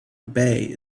bay